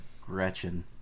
Gretchen